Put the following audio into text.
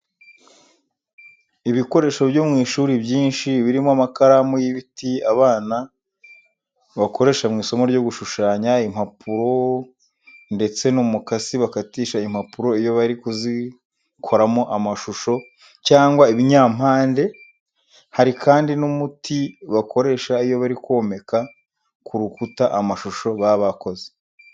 Ibikoresho byo mu ishuri byinshi brimo amakaramu y'ibiti abana bikoresha mu isomo ryo gushushanya, impapuro ndetse n'umukasi bakatisha impapuro iyo bari kuzikoramo amashusho cyangwa ibinyampande hari kandi n'umuti bakoresha iyo bari komeka ku rukuta amashusho baba bakoze.